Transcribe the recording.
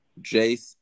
Jace